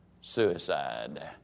suicide